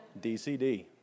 DCD